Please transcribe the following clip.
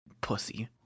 pussy